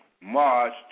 March